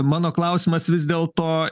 mano klausimas vis dėl to